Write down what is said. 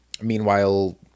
meanwhile